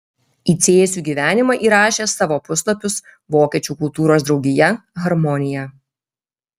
į cėsių gyvenimą įrašė savo puslapius vokiečių kultūros draugija harmonija